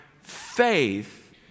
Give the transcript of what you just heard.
faith